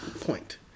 Point